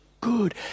good